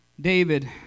david